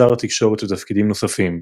שר התקשורת ותפקידים נוספים,